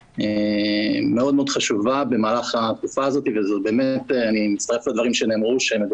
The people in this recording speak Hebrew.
מאוד מאוד חשובה במהלך התקופה הזאת ואני מצטרף לדברים שנאמרו ואני חושב